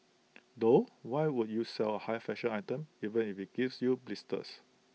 though why would you sell A high fashion item even if IT gives you blisters